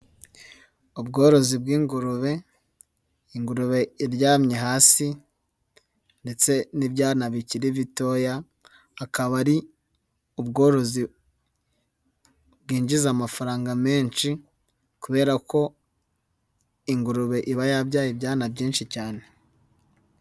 Ubworozi bw'ingurube, ingurube iryamye hasi ndetse n'ibyana bikiri bitoya, akaba ari ubworozi bwinjiza amafaranga menshi kubera ko ingurube iba yabyaye ibyana byinshi cyane.